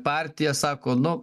partija sako nu